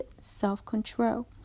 self-control